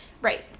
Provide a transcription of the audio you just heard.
Right